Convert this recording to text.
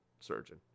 surgeon